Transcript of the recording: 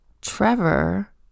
Trevor